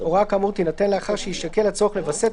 הוראה כאמור תינתן לאחר שיישקל הצורך לווסת